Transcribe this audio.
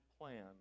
plan